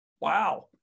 Wow